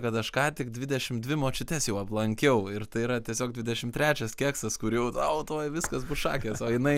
kad aš ką tik dvidešimt dvi močiutes jau aplankiau ir tai yra tiesiog dvidešimt trečias keksas kur jau tau tuoj viskas bus šakės o jinai